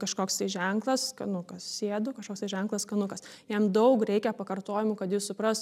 kažkoks tai ženklas skanukas sėdu kažkoks tai ženklas skanukas jam daug reikia pakartojimų kad jis suprastų